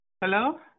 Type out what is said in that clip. Hello